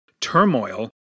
turmoil